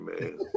man